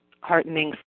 heartening